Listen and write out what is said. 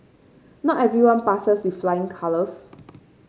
not everyone passes with flying colours